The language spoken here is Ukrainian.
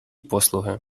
послуги